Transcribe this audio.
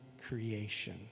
creation